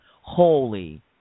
holy